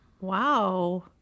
Wow